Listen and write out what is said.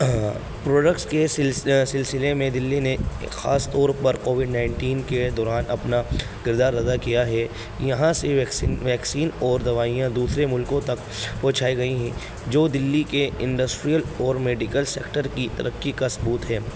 products کے سلس سلسلے میں دلی نے خاص طور پر کووڈ نائنٹین کے دوران اپنا کردار ادا کیا ہے یہاں سے ویکسین ویکسین اور دوائیاں دوسرے ملکوں تک پہنچھائی گئی ہیں جو دلی کے انڈسٹریل اور میڈیکل سیکٹر کی ترقی کا ثبوت ہے